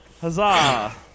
huzzah